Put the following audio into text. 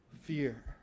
fear